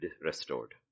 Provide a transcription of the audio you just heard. restored